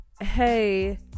hey